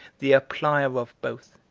the applier of both.